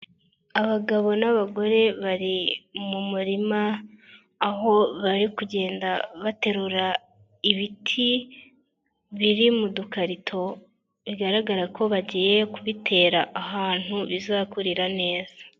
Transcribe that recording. Abagabo n'abagore bari mu murima, aho bari kugenda baterura ibiti biri mu dukarito, bigaragara ko bagiye kubitera ahantu bizakurira neza.